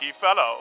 fellow